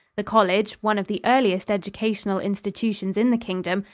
the college, one of the earliest educational institutions in the kingdom,